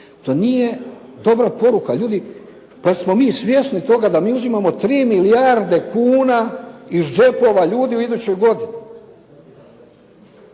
To nije dobra poruka, ljudi pa jesmo li mi svjesni toga da mi uzimamo 3 milijarde kuna iz džepova ljudi u idućoj godini?